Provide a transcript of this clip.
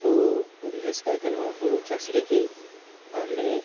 ᱛᱳ ᱵᱤᱥᱮᱥ ᱠᱟᱭᱛᱮ ᱱᱚᱣᱟ ᱦᱩᱲᱩ ᱪᱟᱥ ᱨᱮᱜᱤ ᱟᱞᱮ